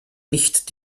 nicht